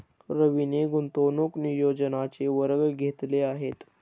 रवीने गुंतवणूक नियोजनाचे वर्ग घेतले आहेत